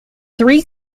three